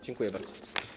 Dziękuję bardzo.